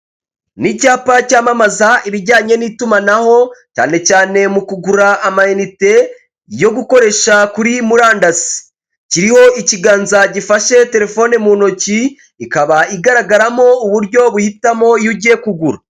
Nicyapa cyamamaza ibijyanye n'itumanaho cyane cyane mu kugura ama inite yo gukoresha kuri murandasi, kiriho ikiganza gifashe telefone m’intoki ikaba igaragaramo uburyo buhitamo iyo ugiye kugura.